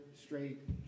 straight